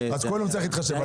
כל יום צריך להתחשב בה.